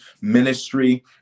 ministry